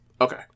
Okay